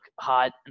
hot